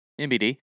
MBD